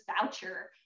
voucher